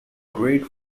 great